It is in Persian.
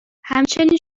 همچنین